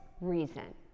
reason